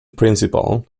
principal